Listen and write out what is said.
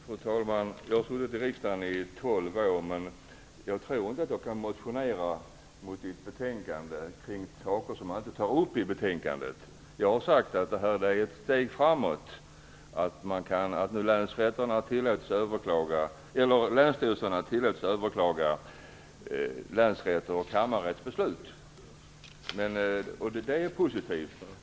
Fru talman! Jag har suttit i riksdagen i tolv år. Jag tror inte att jag kan motionera om saker som inte tas upp i ett betänkande. Jag har sagt att det är ett steg framåt att länsstyrelserna tillåts överklaga länsrätts och kammarrätts beslut. Det är positivt.